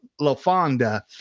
Lafonda